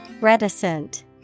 Reticent